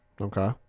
Okay